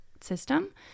system